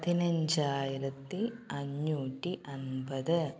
പതിനഞ്ചായിരത്തി അഞ്ഞൂറ്റി അന്പത്